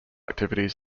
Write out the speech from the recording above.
activities